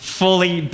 fully